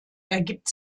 ergibt